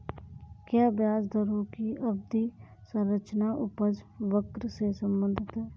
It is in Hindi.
क्या ब्याज दरों की अवधि संरचना उपज वक्र से संबंधित है?